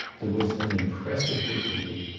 there was an impressive dignity.